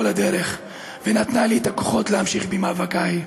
הדרך ונתנה לי את הכוחות להמשיך במאבקיי.